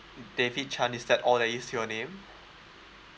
david chan is that all that is your name